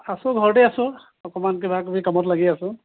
আছো ঘৰতে আছো অকণমান কিবাকিবি কামত লাগি আছো